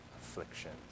afflictions